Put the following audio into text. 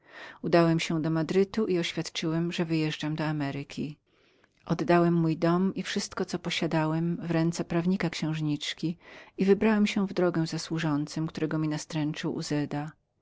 udałem się do madrytu i oświadczyłem że wyjeżdżam do ameryki oddałem mój dom i wszystko co posiadałem w ręce prawnika księżniczki i wybrałem się w drogę ze służącym którego mi nastręczył uzeda ten